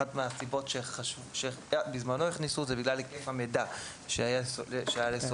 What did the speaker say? אחת הסיבות שבזמנו הכניסו זה בגלל היקף המידע שהיה לסולק.